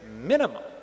minimum